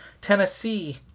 Tennessee